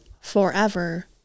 forever